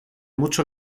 mucho